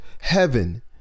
heaven